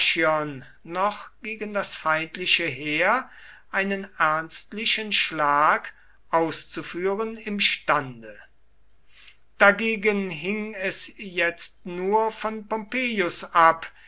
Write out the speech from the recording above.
noch gegen das feindliche heer einen ernstlichen schlag auszuführen imstande dagegen hing es jetzt nur von pompeius ab